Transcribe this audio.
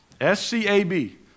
S-C-A-B